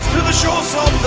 to the shores